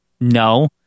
no